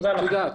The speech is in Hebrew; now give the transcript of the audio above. תודה רבה.